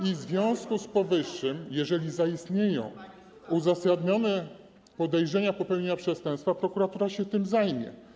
I w związku z powyższym, jeżeli zaistnieje uzasadnione podejrzenie popełnienia przestępstwa, prokuratura się tym zajmie.